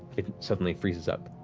it suddenly freezes up